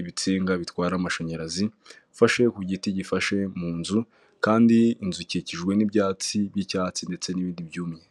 ibitsinga bitwara amashanyarazi, ifashe ku giti gifashe mu nzu kandi inzu ikikijwe n'ibyatsi by'icyatsi ndetse n'ibindi byumye.